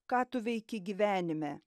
ką tu veiki gyvenime